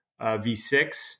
V6